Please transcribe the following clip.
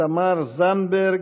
תמר זנדברג,